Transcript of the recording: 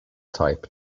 type